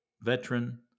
veteran